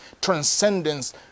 transcendence